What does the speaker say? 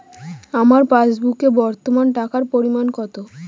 আমার পাসবুকে বর্তমান টাকার পরিমাণ কত?